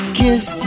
kiss